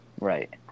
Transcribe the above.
Right